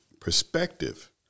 perspective